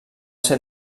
ser